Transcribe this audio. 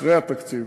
אחרי התקציב,